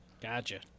Gotcha